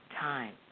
time